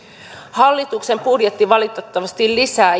hallituksen budjetti valitettavasti lisää